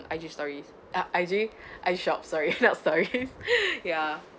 I_G stories ya I_G I shop sorry nope sorry ya